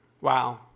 Wow